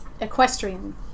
Equestrian